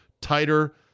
tighter